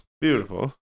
Beautiful